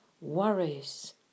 worries